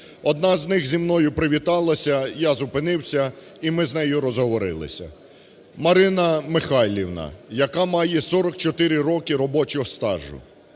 одна з них зі мною привіталася, я зупинився і ми з нею розговорилися. Марина Михайлівна, яка має 44 роки робочого стажу,